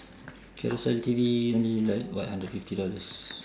K_L sell T_V only like what hundred fifty dollars